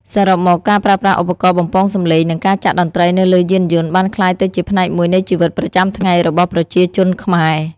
សរុបមក ការប្រើប្រាស់ឧបករណ៍បំពងសម្លេង និងការចាក់តន្រ្តីនៅលើយានយន្តបានក្លាយទៅជាផ្នែកមួយនៃជីវិតប្រចាំថ្ងៃរបស់ប្រជាជនខ្មែរ។